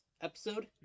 episode